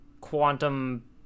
quantum